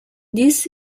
these